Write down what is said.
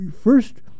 first